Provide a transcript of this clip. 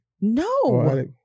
No